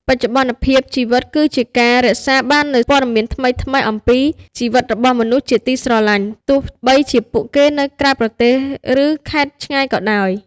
បច្ចុប្បន្នភាពជីវិតគឺជាការ រក្សាបាននូវព័ត៌មានថ្មីៗអំពីជីវិតរបស់មនុស្សជាទីស្រឡាញ់ ទោះបីជាពួកគេនៅក្រៅប្រទេស ឬខេត្តឆ្ងាយក៏ដោយ។